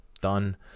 done